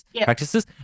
practices